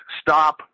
stop